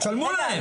רגע,